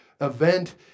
event